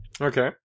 Okay